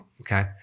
Okay